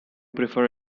prefer